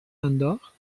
انداخت